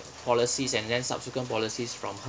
policies and then subsequent policies from her